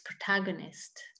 protagonist